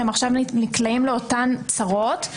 שהם עכשיו נקלעים לאותן צרות.